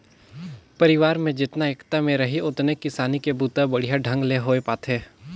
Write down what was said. परिवार में जेतना एकता में रहीं ओतने किसानी के बूता बड़िहा ढंग ले होये पाथे